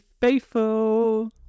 faithful